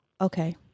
okay